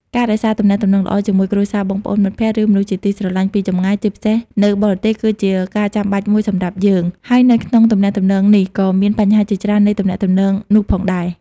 ការរក្សាទំនាក់ទំនងល្អជាមួយគ្រួសារ បងប្អូន មិត្តភក្តិ ឬមនុស្សជាទីស្រឡាញ់ពីចម្ងាយ ជាពិសេសនៅបរទេសគឺជាការចំបាច់មួយសម្រាប់យើង ហើយនៅក្នុងការទំនាក់ទំនងនេះក៏មានបញ្ហាជាច្រើននៃទំនាក់ទំនងនោះផងដែរ។